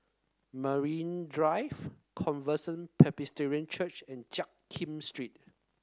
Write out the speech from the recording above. Marine Drive Covenant Presbyterian Church and Jiak Kim Street